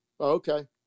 Okay